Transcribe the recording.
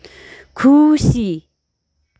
खुसी